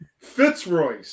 Fitzroy